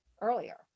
earlier